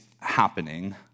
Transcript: happening